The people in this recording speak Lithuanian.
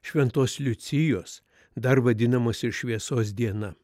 šventos liucijos dar vadinamas ir šviesos diena